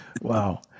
wow